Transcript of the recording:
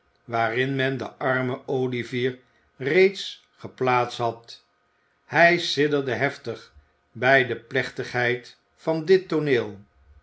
waarin men den armen olivier reeds geplaatst had hij sidderde heftig bij de plechtigheid van dit tooneel